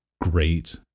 great